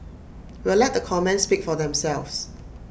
we'll let the comments speak for themselves